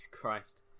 Christ